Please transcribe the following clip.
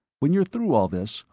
when you're through all this,